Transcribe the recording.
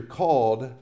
called